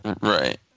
Right